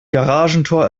garagentor